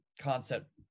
concept